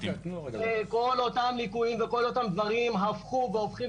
כל אותם ליקויים וכל אותם דברים הפכו והופכים